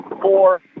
four